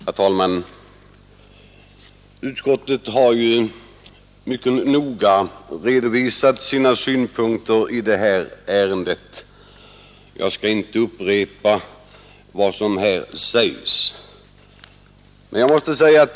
Herr talman! Utskottet har ju mycket noga redovisat sina synpunkter i detta ärende, och jag skall inte upprepa vad som sägs i betänkandet.